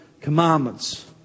commandments